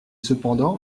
cependant